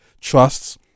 trusts